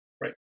Right